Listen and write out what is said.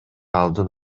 алдын